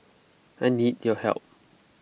I need your help